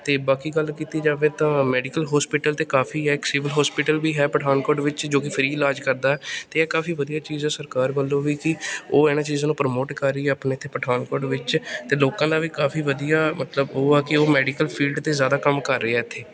ਅਤੇ ਬਾਕੀ ਗੱਲ ਕੀਤੀ ਜਾਵੇ ਤਾਂ ਮੈਡੀਕਲ ਹੋਸਪੀਟਲ ਤਾਂ ਕਾਫ਼ੀ ਹੈ ਇੱਕ ਸਿਵਲ ਹੋਸਪਿਟਲ ਵੀ ਹੈ ਪਠਾਨਕੋਟ ਵਿੱਚ ਜੋ ਕਿ ਫਰੀ ਇਲਾਜ ਕਰਦਾ ਅਤੇ ਇਹ ਕਾਫ਼ੀ ਵਧੀਆ ਚੀਜ਼ ਹੈ ਸਰਕਾਰ ਵੱਲੋਂ ਵੀ ਕਿ ਉਹ ਇਹਨਾਂ ਚੀਜ਼ਾਂ ਨੂੰ ਪ੍ਰਮੋਟ ਕਰ ਰਹੀ ਹੈ ਆਪਣੇ ਇੱਥੇ ਪਠਾਨਕੋਟ ਵਿੱਚ ਅਤੇ ਲੋਕਾਂ ਦਾ ਵੀ ਕਾਫ਼ੀ ਵਧੀਆ ਮਤਲਬ ਉਹ ਆ ਕਿ ਉਹ ਮੈਡੀਕਲ ਫੀਲਡ 'ਤੇ ਜ਼ਿਆਦਾ ਕੰਮ ਕਰ ਰਹੇ ਇੱਥੇ